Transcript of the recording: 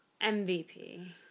MVP